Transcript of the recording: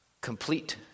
complete